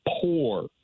poor